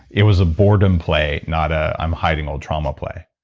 it was a boredom play, not a i'm hiding old trauma play.